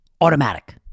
Automatic